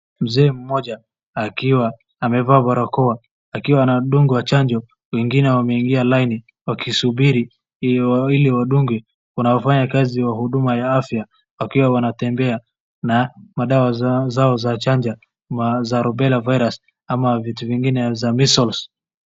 Mzee mmoja akiwa amevaa barakoa, akiwa anadungwa chanjo. Wengine wanaingia laini wakisubiri ndio wawili wadungwe wanaofanye kazi kwa huduma ya afya ,wakiwa wanatembea na madawa zao za chanjo. Za Rubella Virus ama vitu zingine za measles.